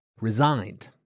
resigned